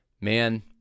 man